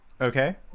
Okay